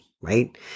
right